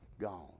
gone